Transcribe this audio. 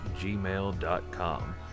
gmail.com